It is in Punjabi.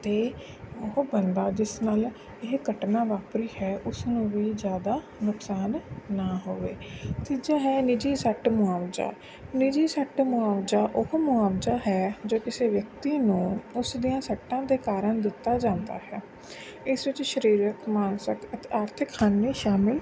ਅਤੇ ਉਹ ਬੰਦਾ ਜਿਸ ਨਾਲ ਇਹ ਘਟਨਾ ਵਾਪਰੀ ਹੈ ਉਸਨੂੰ ਵੀ ਜ਼ਿਆਦਾ ਨੁਕਸਾਨ ਨਾ ਹੋਵੇ ਤੀਜਾ ਹੈ ਨਿੱਜੀ ਸੱਟ ਮੁਆਵਜ਼ਾ ਨਿੱਜੀ ਸੱਟ ਮੁਆਵਜ਼ਾ ਉਹ ਮੁਆਵਜ਼ਾ ਹੈ ਜੋ ਕਿਸੇ ਵਿਅਕਤੀ ਨੂੰ ਉਸਦੀਆਂ ਸੱਟਾਂ ਦੇ ਕਾਰਨ ਦਿੱਤਾ ਜਾਂਦਾ ਹੈ ਇਸ ਵਿੱਚ ਸਰੀਰਕ ਮਾਨਸਿਕ ਅਤੇ ਆਰਥਿਕ ਹਾਨੀ ਸ਼ਾਮਿਲ